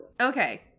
okay